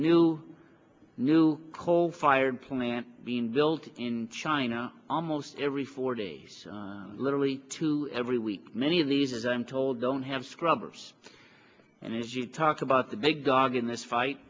new new coal fired plant being built in china almost every four days literally two every week many of these as i'm told don't have scrubbers and as you talk about the big dog in this fight